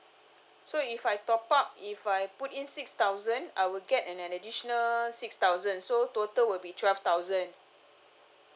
so if I top up if I put in six thousand I would get an additional six thousand so total will be twelve thousand